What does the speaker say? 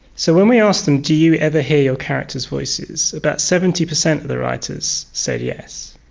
so when we ask them, do you ever hear your characters voices about seventy percent of the writers said yes.